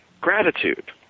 gratitude